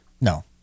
No